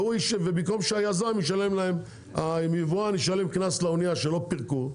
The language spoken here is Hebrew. במקום שהיבואן ישלם קנס לאנייה שלא פרקה,